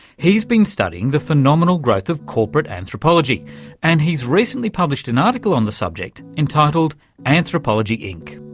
he's been studying the phenomenal growth of corporate anthropology and he's recently published an article on the subject entitled anthropology inc.